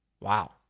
Wow